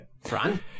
Fran